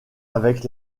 avec